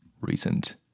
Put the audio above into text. recent